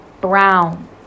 brown